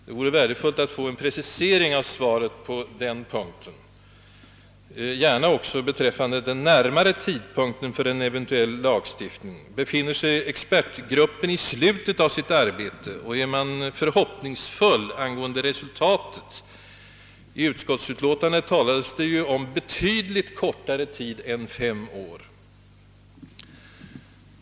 Det vore värdefullt att få en precisering av svaret på den punkten, gärna också beträffande den närmare tidpunkten för en eventuell lagstiftning. Befinner sig expertgruppen i slutet av sitt arbete, och är man förhoppningsfull angående resultatet? I utskottsutlåtandet talades det ju om betydligt kortare tid än fem år.